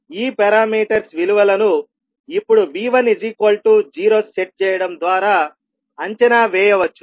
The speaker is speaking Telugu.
ఈ పారామీటర్స్ విలువలను ఇప్పుడు V10 సెట్ చేయడం ద్వారా అంచనా వేయవచ్చు